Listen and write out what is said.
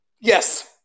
Yes